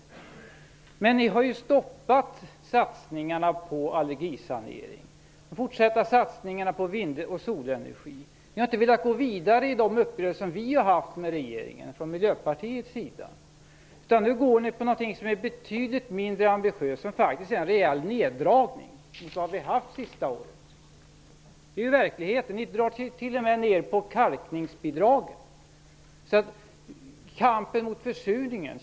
Men Socialdemokraterna har ju stoppat satsningarna på allergisanering och de fortsatta satsningarna på vind och solenergi. Ni har inte velat gå vidare i de uppgörelser som Miljöpartiet har haft med regeringen. Nu går ni på något som är betydligt mindre ambitiöst och som faktiskt innebär en rejäl neddragning jämfört med det som har skett under det senaste året. Det är verkligheten. Ni drar t.o.m. ned på kalkningsbidraget.